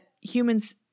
humans